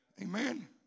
Amen